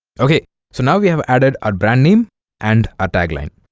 okay so now we have added our brand name and a tagline